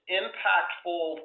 impactful